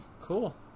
cool